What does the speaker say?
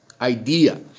idea